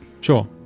Sure